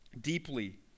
deeply